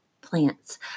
plants